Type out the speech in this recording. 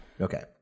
Okay